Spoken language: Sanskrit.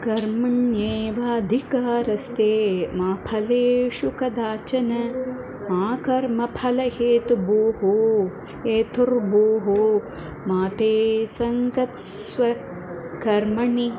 कर्मण्येवाधिकारस्ते मा फलेषु कदाचन मा कर्मफलहेतुर्भुर्मा ते संगोऽस्त्वकर्मणि